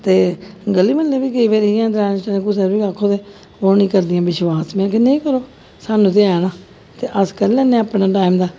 ते गली म्हल्ले बी केईं बारी इयां कुसै दे उप्पर बी आक्खो ते ओह् नेईं करदियां विश्वास में आखेआ नेईं करो सानूं ते ऐ ना ते अस करी लैन्ने आं अपने टाइम दा